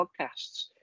podcasts